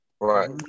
Right